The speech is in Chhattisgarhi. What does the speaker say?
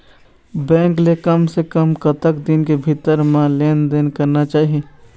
बैंक ले कम से कम कतक दिन के भीतर मा लेन देन करना चाही?